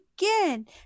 again